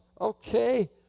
Okay